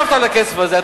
אתה ישבת על הכסף הזה.